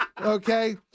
Okay